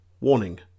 Warning